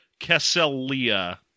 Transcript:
Kesselia